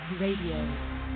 RADIO